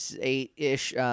eight-ish